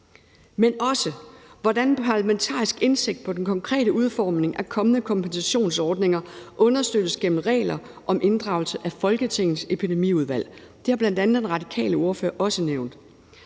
det andet hvordan parlamentarisk indsigt i den konkrete udformning af kommende kompensationsordninger understøttes gennem regler om inddragelse af Folketingets Epidemiudvalg. Det har bl.a. den radikale ordfører også nævnt.